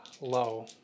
low